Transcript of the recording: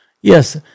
Yes